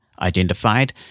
identified